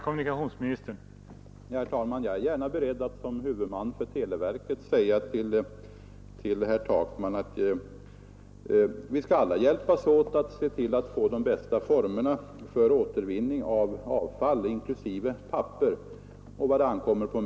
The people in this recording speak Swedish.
Herr talman! Jag är gärna beredd att såsom huvudman för televerket säga till herr Takman, att vi alla skall hjälpas åt för att åstadkomma de bästa formerna för återvinning av avfall, inklusive papper.